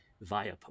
via